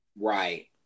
Right